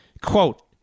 Quote